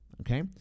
okay